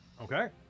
Okay